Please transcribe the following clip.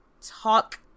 talk